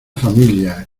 familia